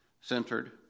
centered